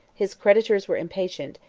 his creditors were impatient,